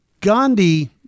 Gandhi